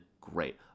great